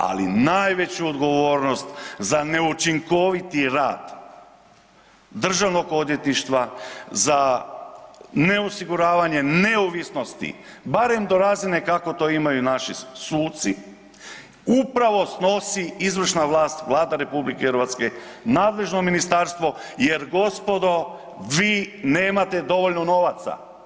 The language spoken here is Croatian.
Ali najveću odgovornost za neučinkoviti rad Državnog odvjetništva, za neosiguravanje neovisnosti barem do razine kako to imaju naši suci upravo snosi izvršna vlast, Vlada RH, nadležno ministarstvo jer gospodo vi nemate dovoljno novaca.